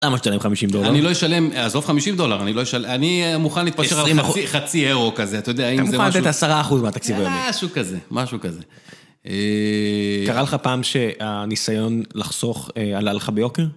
למה שתשלם 50 דולר? אני לא אשלם, עזוב 50 דולר, אני לא אשל... אני מוכן להתפשר... 20 אחוז. חצי אירו כזה, אתה יודע, אם זה משהו... אתה מוכן לתת 10 אחוז מהתקציב היום. משהו כזה, משהו כזה. קרה לך פעם שהניסיון לחסוך עלה לך ביוקר?